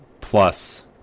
plus